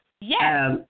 Yes